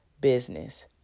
business